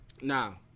Now